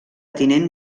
tinent